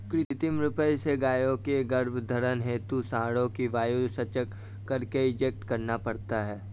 कृत्रिम रूप से गायों के गर्भधारण हेतु साँडों का वीर्य संचय करके इंजेक्ट करना पड़ता है